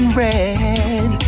red